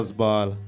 ball